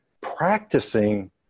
practicing